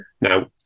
Now